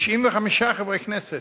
95 חברי כנסת,